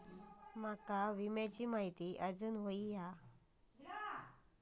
माका विम्याची आजून माहिती व्हयी हा?